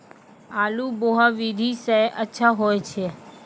आलु बोहा विधि सै अच्छा होय छै?